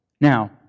Now